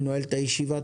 אני נועל את הישיבה.